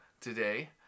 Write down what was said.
today